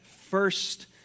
first